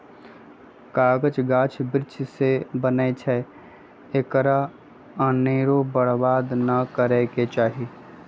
कागज गाछ वृक्ष से बनै छइ एकरा अनेरो बर्बाद नऽ करे के चाहि